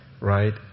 right